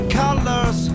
colors